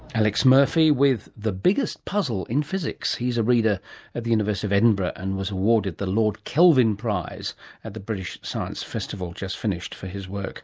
alex murphy with the biggest puzzle in physics. he's a reader at the university of edinburgh and was awarded the lord kelvin award at the british science festival, just finished, for his work